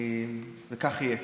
וכך יהיה.